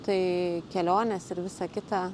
tai kelionės ir visa kita